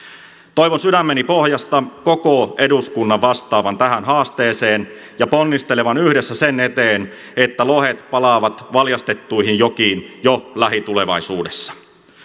toivon sydämeni pohjasta koko eduskunnan vastaavan tähän haasteeseen ja ponnistelevan yhdessä sen eteen että lohet palaavat valjastettuihin jokiin jo lähitulevaisuudessa